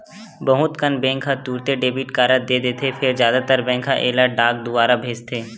बहुत कन बेंक ह तुरते डेबिट कारड दे देथे फेर जादातर बेंक ह एला डाक दुवार भेजथे